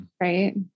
right